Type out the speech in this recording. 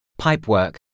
pipework